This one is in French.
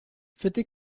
faites